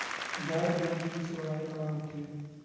गैर बैंकिंग सेवाएं का होथे?